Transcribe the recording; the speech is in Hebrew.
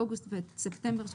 זה לא כולל את אוגוסט ואת ספטמבר,